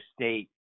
State